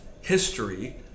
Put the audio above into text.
history